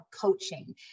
coaching